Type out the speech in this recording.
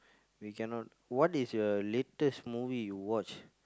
we cannot~ what is a latest movie you watched